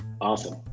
Awesome